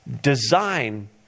design